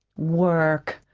work!